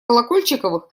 колокольчиковых